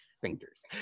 fingers